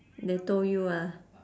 they told you ah